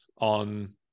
on